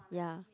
ya